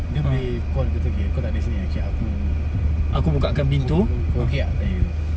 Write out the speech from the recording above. dia boleh call betul K kau takde sini ah K aku kau okay ah tanya macam tu